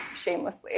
shamelessly